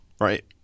Right